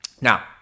Now